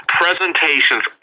presentations